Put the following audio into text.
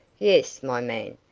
yes, my man.